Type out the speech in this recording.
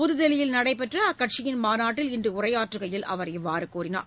புதுதில்லியில் நடைபெற்ற அக்கட்சியின் மாநாட்டில் இன்று உரையாற்றுகையில் அவர் இவ்வாறு கூறினார்